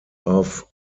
auf